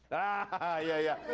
ah, yeah, yeah.